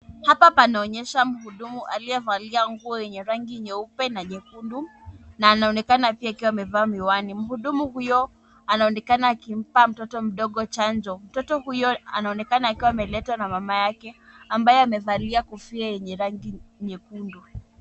Hapa panaonyesha mhudumu aliyevalia nguo yenye rangi nyeupe na nyekundu na anaonekana pia akiwa amevaa miwani, mhudumu huyo anaonekana akimpa mtoto mdogo chanjo. Mtoto huyo anaonekana akiwa ameletwa na mama yake, ambaye amevalia kofia yenye rangi nyekundu.